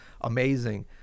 amazing